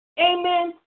Amen